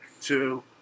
two